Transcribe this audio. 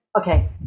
okay